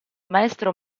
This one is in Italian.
maestro